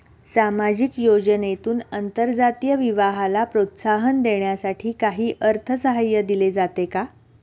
सामाजिक योजनेतून आंतरजातीय विवाहाला प्रोत्साहन देण्यासाठी काही अर्थसहाय्य दिले जाते का?